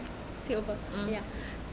silver coat ya